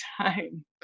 time